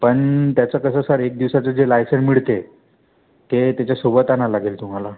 पण त्याचं कसं सर एक दिवसाचं जे लायसन मिळते ते त्याच्यासोबत आणा लागेल तुम्हाला